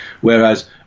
whereas